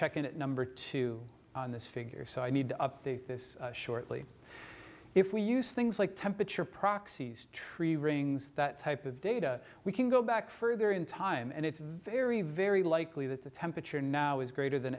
check in at number two on this figure so i need to update this shortly if we use things like temperature proxies tree rings that type of data we can go back further in time and it's very very likely that the temperature now is greater than